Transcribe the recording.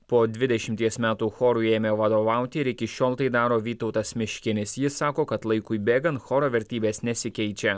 po dvidešimties metų chorui ėmė vadovauti ir iki šiol tai daro vytautas miškinis jis sako kad laikui bėgant choro vertybės nesikeičia